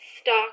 stock